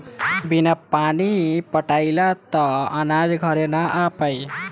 बिना पानी पटाइले त अनाज घरे ना आ पाई